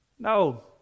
no